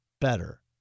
better